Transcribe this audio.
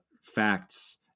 facts